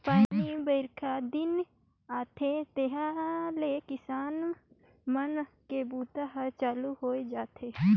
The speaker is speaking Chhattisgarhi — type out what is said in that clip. पानी बाईरखा दिन आथे तहाँले किसान मन के बूता हर चालू होए जाथे